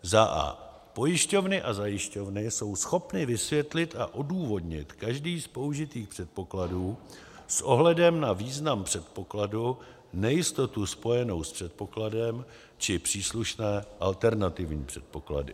a) pojišťovny a zajišťovny jsou schopny vysvětlit a odůvodnit každý z použitých předpokladů s ohledem na význam předpokladu, nejistotu spojenou s předpokladem či příslušné alternativní předpoklady;